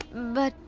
but,